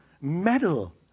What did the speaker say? medal